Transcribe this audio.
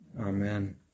Amen